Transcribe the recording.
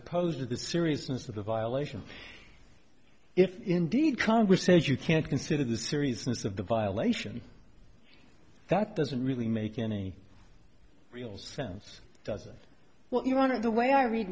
opposed to the seriousness of the violation if indeed congress says you can't consider the seriousness of the violation that doesn't really make any real sense does it what you want to the way i read